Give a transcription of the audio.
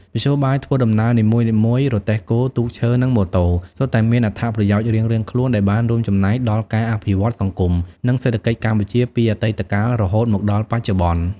មធ្យោបាយធ្វើដំណើរនីមួយៗ រទេះគោ ទូកឈើ និងម៉ូតូ សុទ្ធតែមានអត្ថប្រយោជន៍រៀងៗខ្លួនដែលបានរួមចំណែកដល់ការអភិវឌ្ឍសង្គម និងសេដ្ឋកិច្ចកម្ពុជាពីអតីតកាល រហូតមកដល់បច្ចុប្បន្ន ។